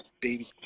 baby